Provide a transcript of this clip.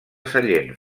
sallent